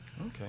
Okay